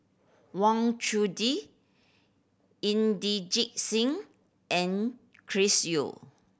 Wang Chunde Inderjit Singh and Chris Yeo